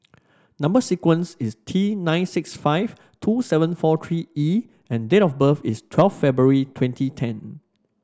number sequence is T nine six five two seven four three E and date of birth is twelve February two twenty ten